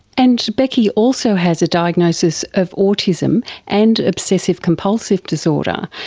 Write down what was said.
and becky also has a diagnosis of autism and obsessive-compulsive disorder.